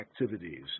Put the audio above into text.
activities